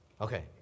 Okay